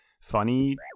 Funny